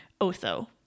Otho